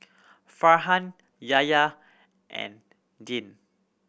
Farhan Yahya and Dian